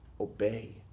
Obey